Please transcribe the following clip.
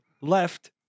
left